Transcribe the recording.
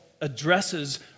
addresses